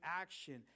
action